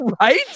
Right